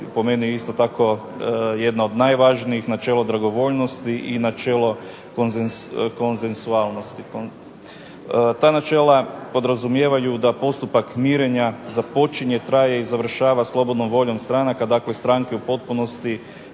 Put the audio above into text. po meni isto tako jedna od najvažnijih načelo dragovoljnosti i načelo konsenzualnosti. Ta načela podrazumijevaju da postupak mirenja započinje, traje i završava slobodnom voljom stranaka, dakle stranke u potpunosti